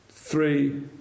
three